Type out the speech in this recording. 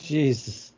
Jesus